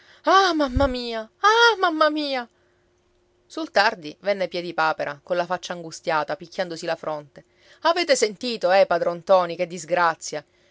ah mamma mia ah mamma mia sul tardi venne piedipapera colla faccia angustiata picchiandosi la fronte avete sentito eh padron ntoni che disgrazia